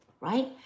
right